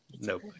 Nope